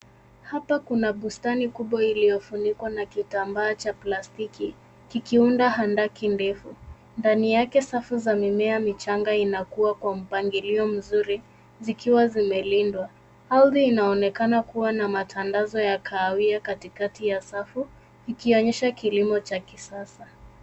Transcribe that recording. Hapa kuna bustani kubwa iliyofunikwa na kitambaa cha plastiki kikiunda handaki ndefu. Ndani yake safu za mimea michanga inakua kwa mpangilio mzuri zikiwa zimelindwa. Ardhi inaonekana kuwa na matandazo ya kahawia katikati ya safu, ikionyesha kilimo cha kisasa.